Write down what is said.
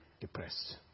depressed